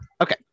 Okay